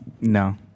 No